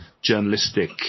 journalistic